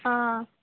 ஆ ஆ